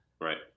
right